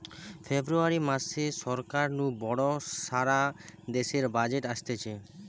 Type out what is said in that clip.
ফেব্রুয়ারী মাসে সরকার নু বড় সারা দেশের বাজেট অসতিছে